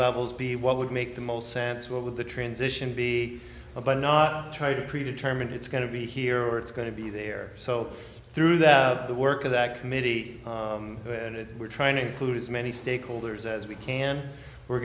levels be what would make the most sense what would the transition be about not trying to predetermine it's going to be here or it's going to be there so through that the work of that committee and we're trying to include as many stakeholders as we can we're